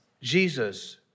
Jesus